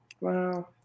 Wow